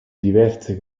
diverse